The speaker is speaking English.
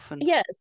Yes